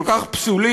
כל כך פסולים.